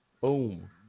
boom